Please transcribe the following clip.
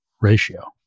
ratio